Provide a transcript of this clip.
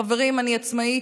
חברים, אני עצמאית.